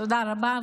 תודה רבה,